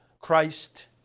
Christ